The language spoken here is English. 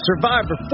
Survivor